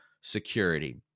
security